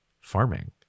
farming